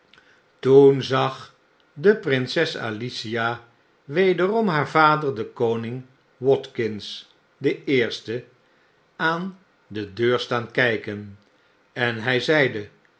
toen zag de prinses alicia wederom haar vader den koning watkins den eerste aan de deur staan kpen en hij zeide